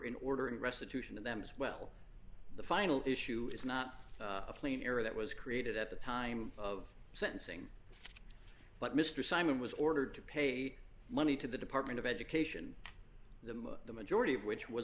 in order and restitution to them as well the final issue is not a clean air that was created at the time of sentencing but mr simon was ordered to pay money to the department of education the majority of which was